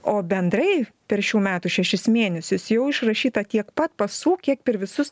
o bendrai per šių metų šešis mėnesius jau išrašyta tiek pat pasų kiek per visus